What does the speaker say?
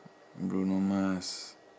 bruno mars